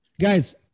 guys